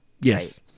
Yes